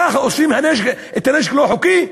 כך אוספים את הנשק הלא-חוקי,